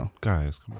Guys